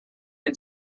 had